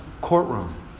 courtroom